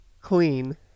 clean